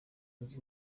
zunze